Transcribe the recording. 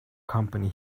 company